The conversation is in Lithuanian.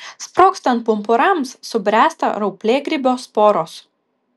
sprogstant pumpurams subręsta rauplėgrybio sporos